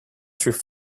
through